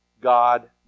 God